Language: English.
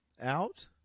out